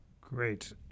Great